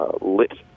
Lit